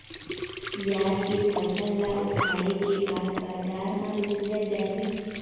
पियाज के फसल ला उखाड़े के बाद बजार मा रुपिया जाही?